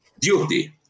duty